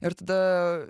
ir tada